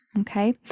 Okay